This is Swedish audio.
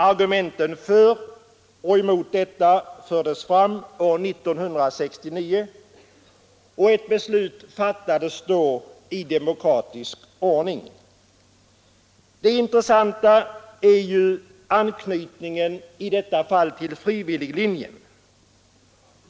Argumenten för och emot detta fördes fram år 1969, och ett beslut fattades då i demokratisk ordning. Det intressanta är ju anknytningen i detta fall till frivilliglinjen.